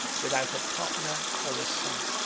without a partner or a son.